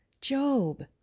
Job